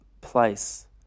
place